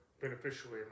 beneficially